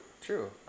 true